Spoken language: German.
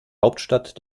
hauptstadt